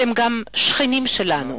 אתם גם השכנים שלנו.